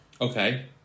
Okay